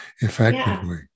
effectively